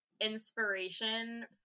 inspiration